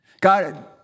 God